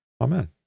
Amen